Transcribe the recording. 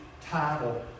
title